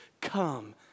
come